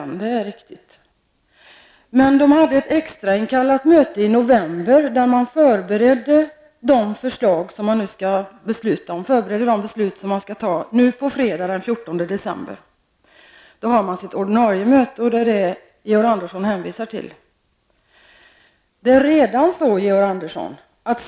Men televerkets styrelse hade ett extrainkallat möte i november då de förslag förbereddes som man skall fatta beslut om den 14 december då det ordinarie mötet hålls. Det är detta möte som Georg Andersson hänvisar till.